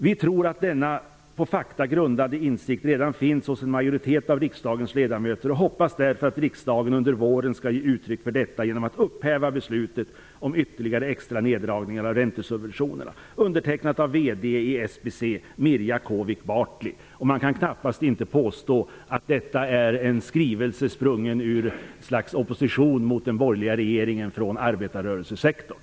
Vi tror att denna på fakta grundade insikt redan finns hos en majoritet av riksdagens ledamöter och hoppas därför att riksdagen under våren ska ge uttryck för detta genom att upphäva beslutet om ytterligare extra neddragningar av räntesubventionerna.'' Brevet är undertecknat av VD i SBC, Mirja Kvaavik Bartley. Man kan knappast påstå att detta är en skrivelse sprungen ur ett slags opposition mot den borgerliga regeringen från arbetarrörelsesektorn.